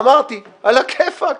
אמרתי, על הכיפאק,